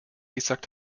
gesagt